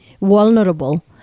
vulnerable